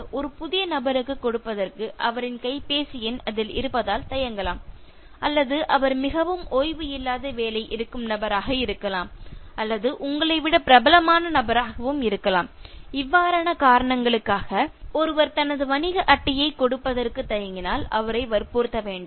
ஒரு புதிய நபருக்கு கொடுப்பதற்கு அவரின் கைபேசி எண் அதில் இருப்பதால் தயங்கலாம் அல்லது அவர் மிகவும் ஓய்வு இல்லாத வேலை இருக்கும் நபராக இருக்கலாம் அல்லது உங்களைவிட பிரபலமான நபராகவும் இருக்கலாம் இவ்வாறான காரணங்களுக்காக ஒருவர் தனது வணிக அட்டையை கொடுப்பதற்கு தயங்கினால் அவரை வற்புறுத்த வேண்டாம்